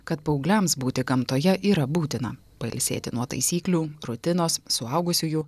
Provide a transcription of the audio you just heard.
kad paaugliams būti gamtoje yra būtina pailsėti nuo taisyklių rutinos suaugusiųjų